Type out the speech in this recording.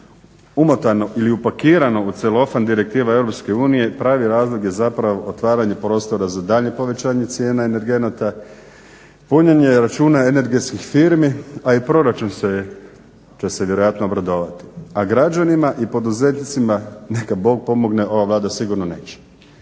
umotano ili upakirano u celofan direktiva EU pravi razlog je zapravo otvaranje prostora za daljnje povećanje cijene energenata, punjenje računa energetskih firmi a i proračun će se vjerojatno obradovati, a građanima i poduzetnicima neka Bog pomogne, ova Vlada sigurno neće.